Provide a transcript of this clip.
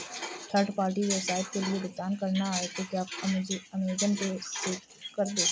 third party website के लिए भुगतान करना है तो क्या अमेज़न पे से कर दो